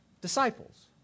disciples